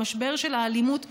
במשבר של האלימות בפעוטונים,